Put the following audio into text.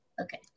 Okay